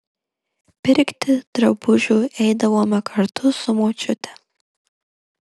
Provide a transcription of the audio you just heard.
pirkti drabužių eidavome kartu su močiute